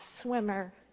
swimmer